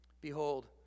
Behold